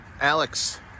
Alex